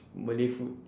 malay food